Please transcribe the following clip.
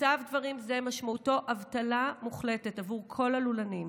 מצב דברים זה משמעותו אבטלה מוחלטת עבור כל הלולנים,